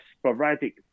sporadic